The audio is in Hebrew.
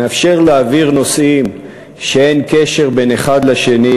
מאפשר להעביר נושאים שאין קשר בין האחד לשני,